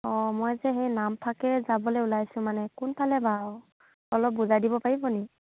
অঁ মই যে সেই নামফাকে যাবলৈ ওলাইছোঁ মানে কোনফালে বাৰু অলপ বুজাই দিব পাৰিব নেকি